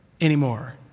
anymore